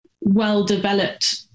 well-developed